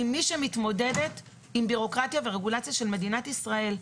היא מישהי שמתמודדת עם בירוקרטיה ורגולציה של מדינת ישראל.